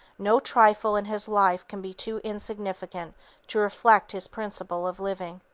no trifle in his life can be too insignificant to reflect his principle of living.